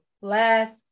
Last